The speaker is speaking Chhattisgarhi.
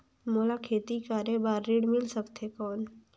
मोला खेती करे बार ऋण मिल सकथे कौन?